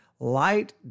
Light